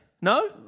No